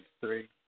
three